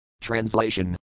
Translation